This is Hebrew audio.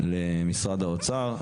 למשרד האוצר,